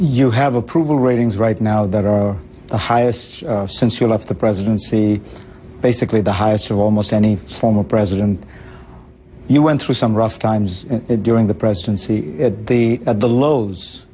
you have approval ratings right now that are the highest since he left the presidency basically the highest of almost any former president you went through some rough times during the presidency at the at the low